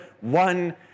one